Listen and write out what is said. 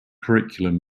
curriculum